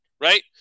right